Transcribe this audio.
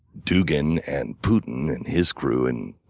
dugan and putin and his crew in